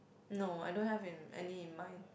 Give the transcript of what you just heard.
no I don't have an any in mind